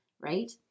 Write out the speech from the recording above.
right